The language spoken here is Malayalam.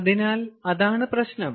അതിനാൽ അതാണ് പ്രശ്നം